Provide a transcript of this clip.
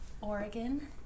Oregon